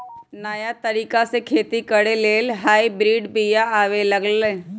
नयाँ तरिका से खेती करे लेल हाइब्रिड बिया आबे लागल